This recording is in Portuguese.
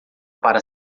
para